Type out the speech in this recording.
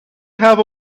have